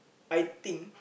I think